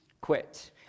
quit